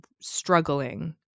struggling